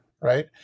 Right